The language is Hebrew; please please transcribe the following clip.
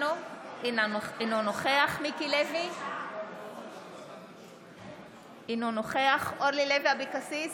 אינו נוכח מיקי לוי, אינו נוכח אורלי לוי אבקסיס,